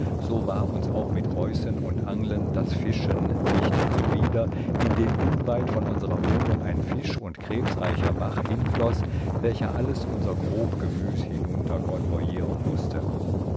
so war uns auch mit reußen und anglen das fischen nicht zuwider indem unweit von unserer wohnung ein fisch und krebsreicher bach hinfloß welches alles unser grob gemüs hinunter convoyren mußte